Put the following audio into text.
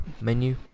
menu